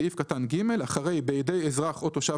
בסעיף קטן (ג) אחרי "בידי אזרח או תושב